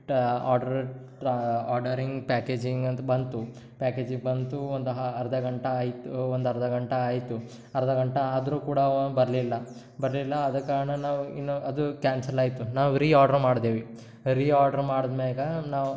ಟಾ order ordering packaging ಅಂತ ಬಂತು ಪ್ಯಾಕೇಜಿಂಗ್ ಬಂತು ಒಂದು ಅರ್ಧ ಗಂಟೆ ಆಯಿತು ಒಂದು ಅರ್ಧ ಗಂಟೆ ಆಯಿತು ಅರ್ಧ ಗಂಟೆ ಆದರೂ ಕೂಡ ಅವ ಬರಲಿಲ್ಲ ಬರಲಿಲ್ಲ ಆದ ಕಾರಣ ನಾವು ಇನ್ನು ಅದು ಕ್ಯಾನ್ಸಲ್ ಆಯಿತು ನಾವು ರೀಆರ್ಡ್ರ್ ಮಾಡ್ದೇವೆ ರೀಆರ್ಡ್ರ್ ಮಾಡಿದ ಮ್ಯಾಲ ನಾವು